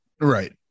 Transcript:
Right